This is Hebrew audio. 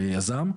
ליזם.